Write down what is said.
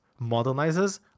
modernizes